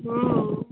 हँ